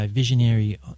Visionary